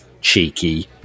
cheeky